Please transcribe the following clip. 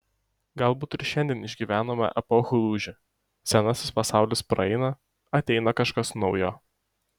galbūt ir šiandien išgyvename epochų lūžį senasis pasaulis praeina ateina kažkas naujo